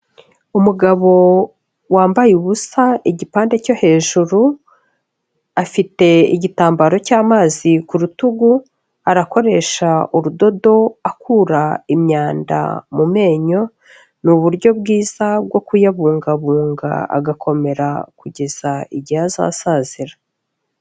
Umugabo wambaye ubusa igipande cyo hejuru, afite igitambaro cy'amazi ku rutugu arakoresha urudodo akura imyanda mu menyo, ni uburyo bwiza bwo kuyabungabunga agakomera kugeza igihe azasazira.